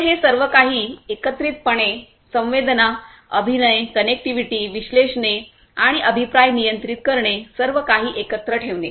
तर हे सर्वकाही एकत्रितपणे संवेदना अभिनय कनेक्टिव्हिटी विश्लेषणे आणि अभिप्राय नियंत्रित करणे सर्वकाही एकत्र ठेवणे